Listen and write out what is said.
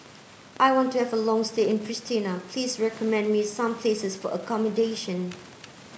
I want to have a long stay in Pristina please recommend me some places for accommodation